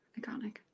Iconic